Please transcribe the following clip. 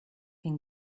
can